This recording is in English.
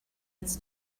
its